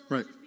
Right